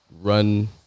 run